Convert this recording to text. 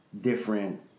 different